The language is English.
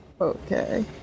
Okay